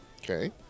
Okay